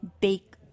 bake